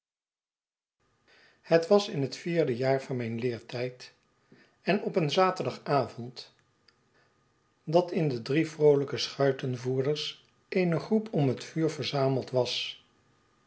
het was in het vierde jaar van mijn leertijd en op een zaterdagavond dat in de brie vroolijke schuitenvoerders eene groep om net yuur verzameld was